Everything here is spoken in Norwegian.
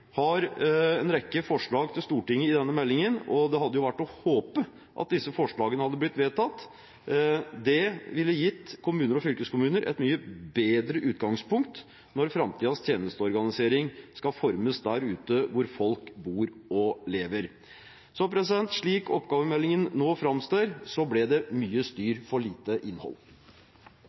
har en rekke forslag til Stortinget i denne meldingen. Det hadde vært å håpe at disse forslagene hadde blitt vedtatt. Det ville gitt kommuner og fylkeskommuner et mye bedre utgangspunkt når framtidens tjenesteorganisering skal formes der ute hvor folk bor og lever. Slik oppgavemeldingen nå framstår, ble det mye